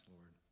Lord